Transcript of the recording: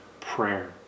prayer